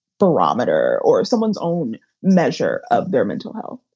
barometer or someone's own measure of their mental health.